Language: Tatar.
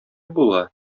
була